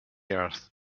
earth